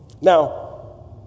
Now